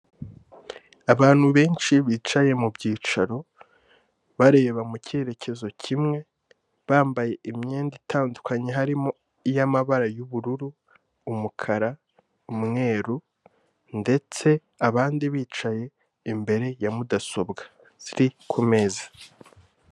Abantu benshi bicaye mu byicaro, bareba mu cyerekezo kimwe, bambaye imyenda itandukanye harimo iy'amabara y'ubururu, umukara, umweru ndetse abandi bicaye imbere ya mudasobwa ziri ku meza.